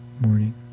morning